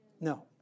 No